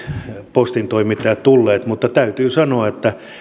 postintoimittajat tulleet mutta täytyy sanoa että